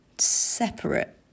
separate